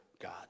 God